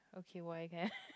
okay